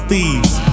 Thieves